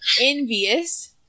envious